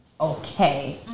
okay